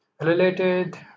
related